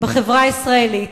בחברה הישראלית,